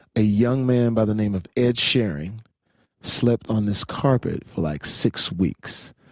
a young man by the name of ed sheeran slept on this carpet for like six weeks,